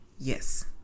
Yes